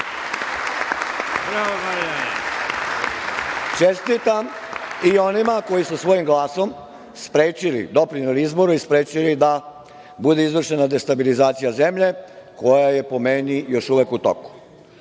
Čestitam i onima koji su svojim glasom doprineli izboru i sprečili da bude izvršena destabilizacija zemlje, koja je po meni još uvek u toku. Ja